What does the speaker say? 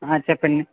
చెప్పండి